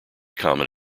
common